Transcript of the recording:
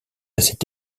cette